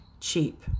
cheap